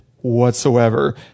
whatsoever